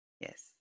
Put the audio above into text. Yes